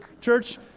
church